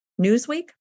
Newsweek